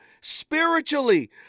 spiritually